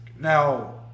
Now